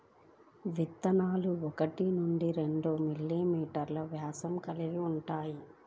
విత్తనాలు ఒకటి నుండి రెండు మిల్లీమీటర్లు వ్యాసం కలిగి ఉంటాయి